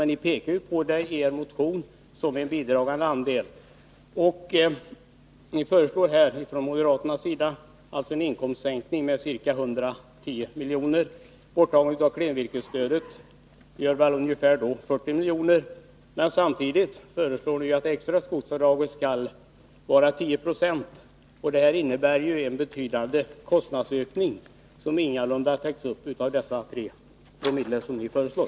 Men ni pekar i er motion på det som en bidragande anledning. Moderaterna föreslår en inkomstsänkning med ca 110 milj.kr. Borttagandet av klenvirkesstödet gör ungefär 40 milj.kr. Men samtidigt föreslår ni att det extra skogsavdraget skall vara 10 96. Det innebär en betydande kostnadsökning som ingalunda täcks av de 3 Zoo ni föreslår.